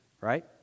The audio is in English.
right